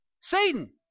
Satan